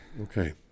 Okay